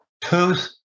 tooth